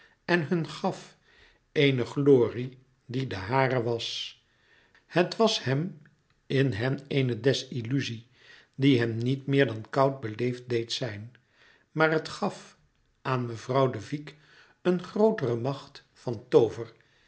en hun gaf eene glorie die de hare was het was hem in hen eene desilluzie die hem niet meer dan koud beleefd deed zijn maar het gaf aan mevrouw de vicq een grootere macht van toover